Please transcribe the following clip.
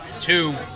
two